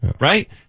right